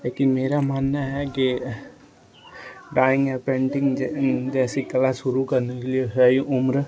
जबकी मेरा मानना है कि ड्राइंग एंड पेंटिंग जैसी कला शुरू करने के लिए हर उम्र